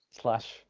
Slash